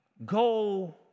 go